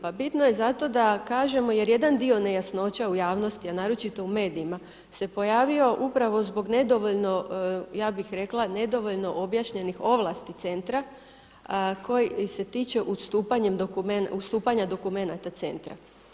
Pa bitno je zato da kažemo jer jedan dio nejasnoća u javnosti, a naročito u medijima se pojavio upravo zbog nedovoljno ja bih rekla nedovoljno objašnjenih ovlasti centra koji se tiče ustupanja dokumenata centra.